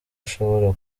ashobora